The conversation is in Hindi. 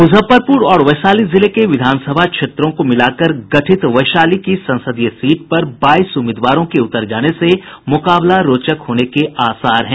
मुजफ्फरपुर और वैशाली जिले के विधान सभा क्षेत्रों को मिलाकर गठित वैशाली की संसदीय सीट पर बाईस उम्मीदवारों के उतर जाने से मुकाबला रोचक होने के आसार हैं